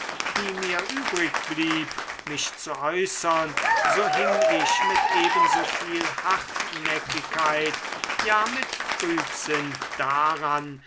die mir übrig blieb mich zu äußern so hing ich mit ebenso viel hartnäckigkeit ja mit trübsinn daran